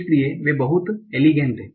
इसलिए वे बहुत एलिगेण्ट हैं